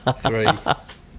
three